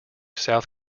south